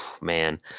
man